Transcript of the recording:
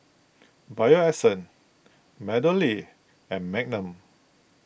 Bio Essence MeadowLea and Magnum